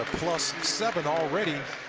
plus seven already